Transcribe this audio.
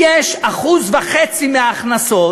1.5% מההכנסות